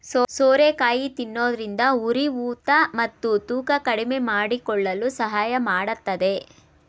ಸೋರೆಕಾಯಿ ತಿನ್ನೋದ್ರಿಂದ ಉರಿಯೂತ ಮತ್ತು ತೂಕ ಕಡಿಮೆಮಾಡಿಕೊಳ್ಳಲು ಸಹಾಯ ಮಾಡತ್ತದೆ